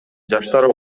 жаштар